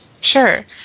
Sure